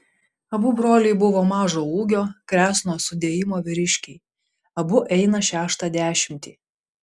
abu broliai buvo mažo ūgio kresno sudėjimo vyriškiai abu einą šeštą dešimtį